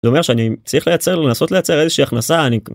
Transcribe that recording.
זה אומר שאני צריך ליצר, לנסות ליצר, איזושהי הכנסה, אני...